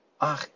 Ach